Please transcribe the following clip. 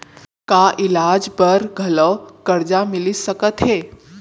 का इलाज बर घलव करजा मिलिस सकत हे?